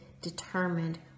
determined